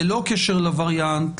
ללא קשר לווריאנט,